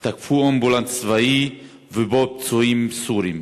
תקפו אמבולנס צבאי ובו פצועים סורים.